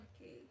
Okay